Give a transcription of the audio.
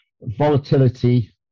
volatility